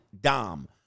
dom